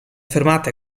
fermata